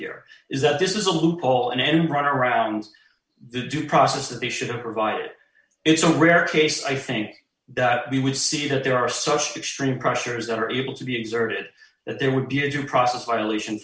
here is that this is a loophole and end run around the due process that they should have provided it's a rare case i think that we would see that there are such a stream pressures that are able to be exerted that there would be age of process violation